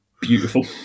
beautiful